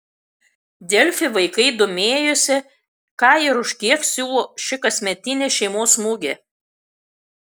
delfi vaikai domėjosi ką ir už kiek siūlo ši kasmetinė šeimos mugė